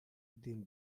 den